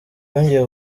yongeye